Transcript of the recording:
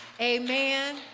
Amen